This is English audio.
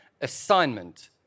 assignment